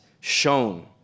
shown